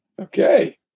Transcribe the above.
Okay